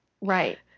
Right